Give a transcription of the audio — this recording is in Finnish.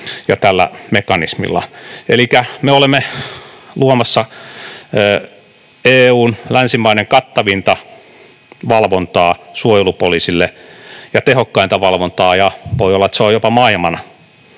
ja tällä mekanismilla. Elikkä me olemme luomassa EU:n, länsimaiden kattavinta valvontaa suojelupoliisille ja tehokkainta valvontaa. Voi olla, että se on jopa maailman